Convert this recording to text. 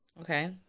Okay